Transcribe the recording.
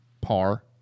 par